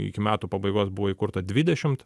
iki metų pabaigos buvo įkurta dvidešimt